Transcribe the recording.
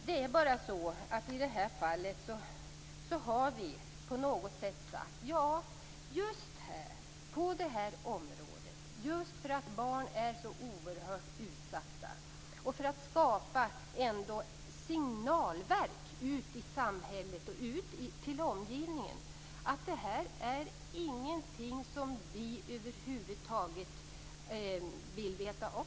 Det är bara så: I det här fallet har vi sagt att just här, på det här området, just därför att barn är så oerhört utsatta, vill vi skapa ett signalverk. Vi vill sända ut signalen till samhället och till omgivningen att det här är ingenting som vi över huvud taget vill veta av.